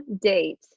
date